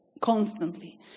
constantly